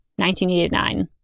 1989